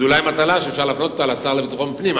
זאת אולי מטלה שאפשר להפנות לשר לביטחון פנים,